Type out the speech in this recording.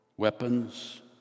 Weapons